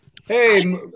Hey